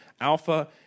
Alpha